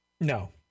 No